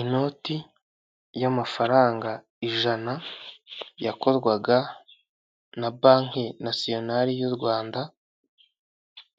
Inoti y'amafaranga ijana yakorwaga na banki nationari y'u rwanda,